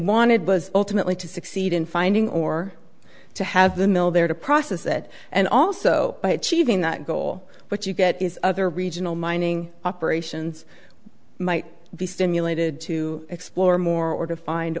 wanted was ultimately to succeed in finding or to have the mill there to process it and also by achieving that goal what you get is other regional mining operations might be stimulated to explore more or to find